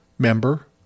member